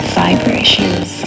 vibrations